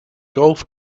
golf